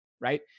right